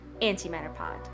antimatterpod